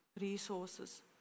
resources